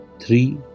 three